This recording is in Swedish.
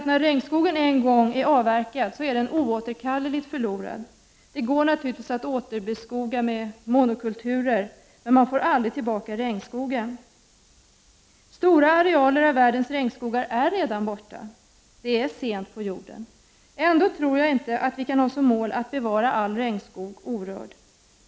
När regnskogen en gång är avverkad är den oåterkalleligen förlorad. Det går naturligtvis att återbeskoga med monokulturer, men man får aldrig tillbaka regnskogen. Stora arealer av världens regnskogar är redan borta. Det är sent på jorden. Ändå tror jag inte att vi kan ha som mål att bevara all regnskog orörd.